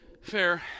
Fair